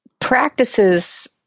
practices